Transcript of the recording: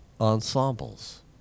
ensembles